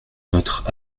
notre